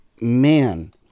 man